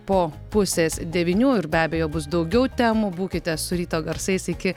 po pusės devynių ir be abejo bus daugiau temų būkite su ryto garsais iki